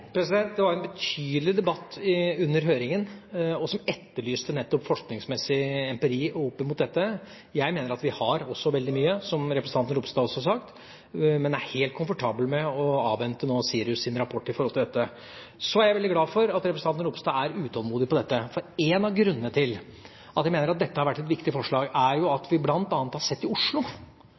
har veldig mye, som representanten Ropstad også har sagt, men er helt komfortabel med å avvente SIRUS’ rapport om dette. Jeg er veldig glad for at representanten Ropstad er utålmodig når det gjelder dette. En av grunnene til at vi mener at dette har vært et viktig forslag, er jo at vi har sett bl.a. i Oslo